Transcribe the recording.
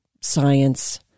Science